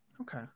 Okay